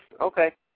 okay